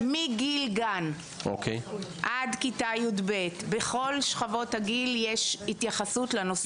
מגיל גן עד כיתה י"ב בכל שכבות גיל יש התייחסות לנושא.